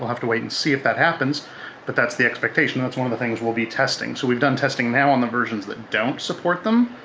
have to wait and see if that happens but that's the expectation. that's one of the things we'll be testing. so we've done testing now on the versions that don't support them.